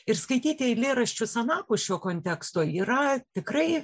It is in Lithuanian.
ir skaityti eilėraščius anapus šio konteksto yra tikrai